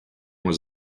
was